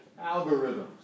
Algorithms